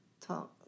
talk